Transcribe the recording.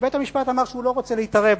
בית-המשפט אמר שהוא לא רוצה להתערב,